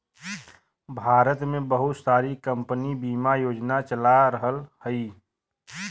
भारत में बहुत सारी कम्पनी बिमा योजना चला रहल हयी